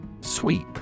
Sweep